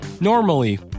Normally